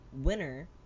Winner